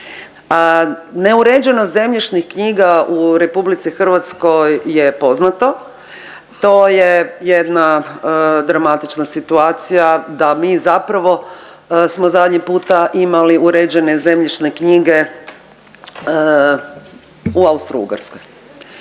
Neuređenost zemljišnih knjiga u RH je poznato, to je jedna dramatična situacija da mi zapravo smo zadnji puta imali uređene zemljišne knjige u Austrougarskoj